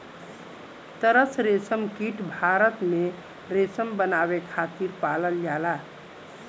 तसर रेशमकीट भारत में रेशम बनावे खातिर पालल जाला